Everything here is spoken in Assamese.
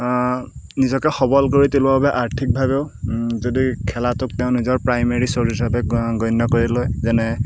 নিজকে সবল কৰি তুলিবৰ বাবে আৰ্থিকভাৱেও যদি খেলাটোক তেওঁৰ নিজৰ প্ৰাইমাৰি ছলিউশ্যন বাবে গণ্য কৰি লয় যেনে